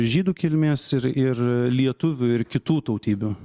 žydų kilmės ir ir lietuvių ir kitų tautybių